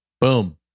Boom